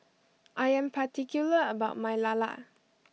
I am particular about my Lala